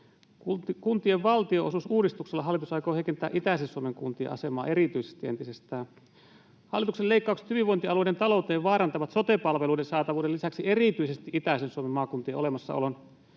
Kuntien valtionosuusuudistuksella hallitus aikoo heikentää erityisesti itäisen Suomen kuntien asemaa entisestään. Hallituksen leikkaukset hyvinvointialueiden talouteen vaarantavat sote-palveluiden saatavuuden lisäksi erityisesti itäisen Suomen maakuntien olemassaolon.